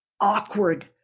awkward